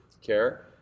care